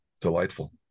delightful